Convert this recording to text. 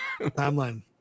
Timeline